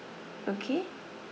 okay